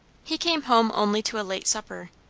he came home only to a late supper.